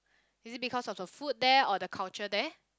is it because of the food there or the culture there